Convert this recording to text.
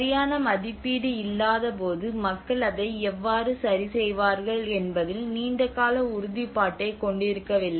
சரியான மதிப்பீடு இல்லாத போது மக்கள் அதை எவ்வாறு சரிசெய்வார்கள் என்பதில் நீண்டகால உறுதிப்பாட்டைக் கொண்டிருக்கவில்லை